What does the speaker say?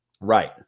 Right